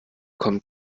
kommt